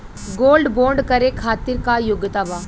Gold bond करे खातिर का योग्यता बा?